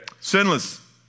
sinless